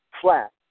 flat